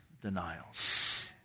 denials